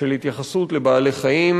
של התייחסות לבעלי-חיים,